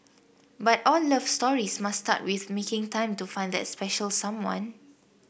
but all love stories must start with making time to find that special someone